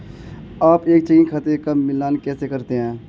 आप एक चेकिंग खाते का मिलान कैसे करते हैं?